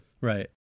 Right